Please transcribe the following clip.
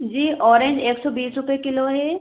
जी orange एक सौ बीस रुपये किलो है